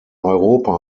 europa